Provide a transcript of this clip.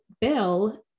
Bill